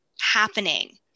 happening